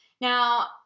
Now